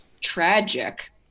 tragic